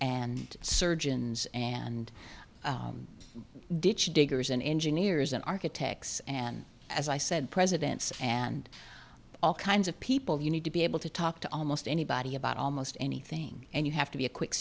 and surgeons and ditch diggers and engineers and architects and as i said presidents and all kinds of people you need to be able to talk to almost anybody about almost anything and you have to be a quick